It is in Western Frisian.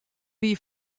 wie